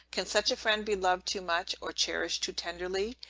can such a friend be loved too much, or cherished too tenderly?